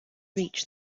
reach